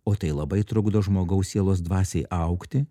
o tai labai trukdo žmogaus sielos dvasiai augti